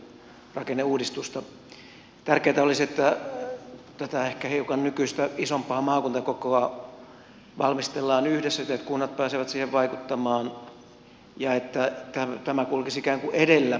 tärkeätä olisi että tätä ehkä hiukan nykyistä isompaa maakuntakokoa valmistellaan yhdessä siten että kunnat pääsevät siihen vaikuttamaan ja että tämä kulkisi näiden valtionhallinnon aluejakomuutosten edellä